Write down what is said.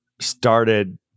started